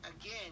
again